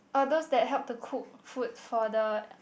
all those that help to cook food for the